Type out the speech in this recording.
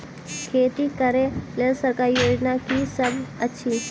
खेती करै लेल सरकारी योजना की सब अछि?